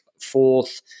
fourth